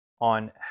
on